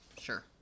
Sure